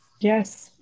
Yes